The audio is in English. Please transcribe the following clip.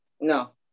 No